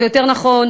או יותר נכון,